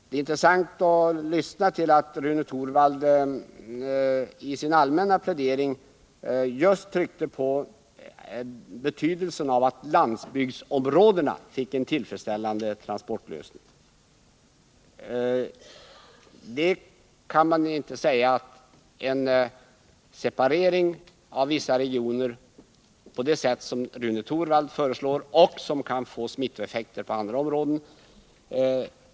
Det är intressant att notera att Rune Torwald i sin allmänna plädering underströk betydelsen av att just landsbygdsområdena fick en tillfredsställande transportlösning. Men jag kan inte se att en separering av vissa regioner på det sätt som Rune Torwald föreslår är ett uttryck för en särskild omtanke om landsbygdsområdena.